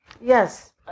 Yes